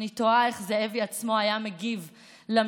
אני תוהה איך זאבי עצמו היה מגיב למקרה,